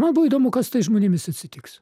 man buvo įdomu kas su tais žmonėmis atsitiks